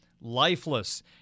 lifeless